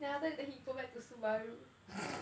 then after that then he go back to Subaru